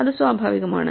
അത് സ്വാഭാവികമാണ്